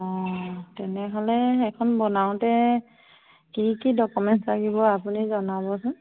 অঁ তেনেহ'লে এখন বনাওঁতে কি কি ডকুমেণ্টছ লাগিব আপুনি জনাবচোন